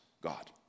God